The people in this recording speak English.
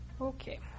Okay